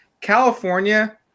California